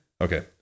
Okay